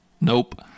Nope